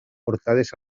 portades